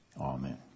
Amen